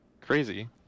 crazy